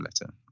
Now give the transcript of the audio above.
letter